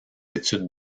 études